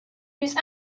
use